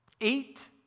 eight